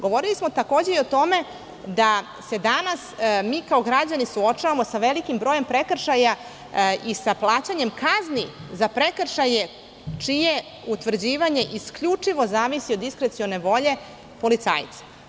Govorili smo takođe i o tome da se danas mi kao građani suočavamo sa velikim brojem prekršaja i sa plaćanjem kazni za prekršaje čije utvrđivanje isključivo zavisi od diskrecione volje policajca.